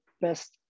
best